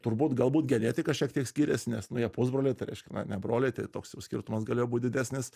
turbūt galbūt genetika šiek tiek skirias nes nu jie pusbroliai tai reiškia na ne broliai tai toks jau skirtumas galėjo būt didesnis